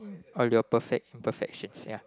all your perfect imperfections ya